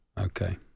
Okay